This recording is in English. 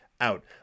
out